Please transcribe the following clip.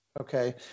Okay